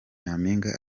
nyampinga